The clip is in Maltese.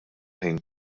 ħin